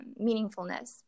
meaningfulness